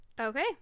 Okay